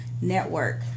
network